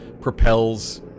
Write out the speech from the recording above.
propels